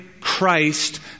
Christ